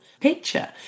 picture